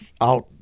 out